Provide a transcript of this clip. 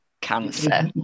cancer